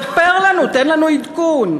ספר לנו, תן לנו עדכון.